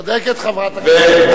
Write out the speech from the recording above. צודקת חברת הכנסת אברהם.